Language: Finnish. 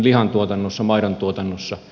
lihantuotannossa maidontuotannossa